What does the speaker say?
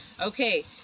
okay